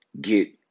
get